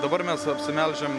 dabar mes apsimelžiam